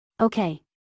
Okay